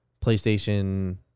PlayStation